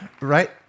right